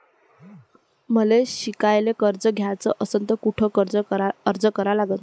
मले शिकायले कर्ज घ्याच असन तर कुठ अर्ज करा लागन?